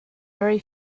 very